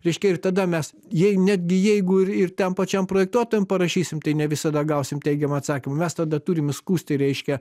reiškia ir tada mes jei netgi jeigu ir ten pačiam projektuotojam parašysim tai ne visada gausim teigiamą atsakymą mes tada turim skųsti reiškia